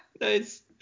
Nice